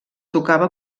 tocava